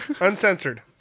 uncensored